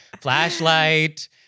Flashlight